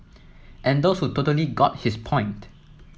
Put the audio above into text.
and those who totally got his point